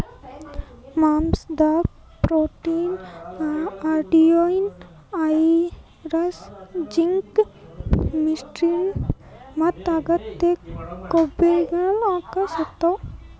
ಮಾಂಸಾದಾಗ್ protein, iodine, iron, zinc, vitamins ಮತ್ತ್ ಅಗತ್ಯ ಕೊಬ್ಬಿನಾಮ್ಲಗಳ್ ಅಂಶಗಳ್ ಇರ್ತವ್